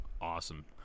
Awesome